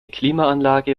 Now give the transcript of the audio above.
klimaanlage